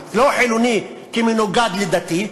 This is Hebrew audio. לא חילוני כמנוגד לדתי,